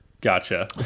gotcha